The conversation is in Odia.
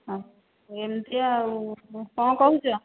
ହଉ ଏମିତି ଆଉ କ'ଣ କହୁଛ